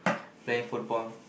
playing football